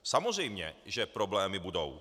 Samozřejmě že problémy budou.